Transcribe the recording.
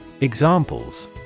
Examples